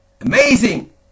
Amazing